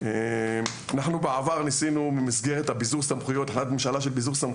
אנחנו בעבר ניסינו במסגרת הביזור סמכויות,